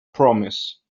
promise